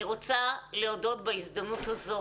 אני רוצה להודות בהזדמנות הזו